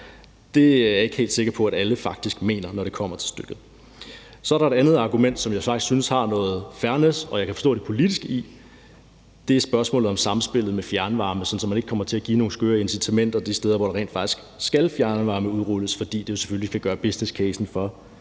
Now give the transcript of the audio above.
Det er jeg ikke helt sikker på at alle faktisk mener, når det kommer til stykket. Så er der et andet argument, som jeg faktisk synes har noget fairness, og som jeg kan forstå det politiske i. Det er spørgsmålet om samspillet med fjernvarme, sådan at man ikke kommer til at give nogle skøre incitamenter de steder, hvor der rent faktisk skal fjernvarmeudrulles, fordi det jo selvfølgelig kan gøre businesscasen for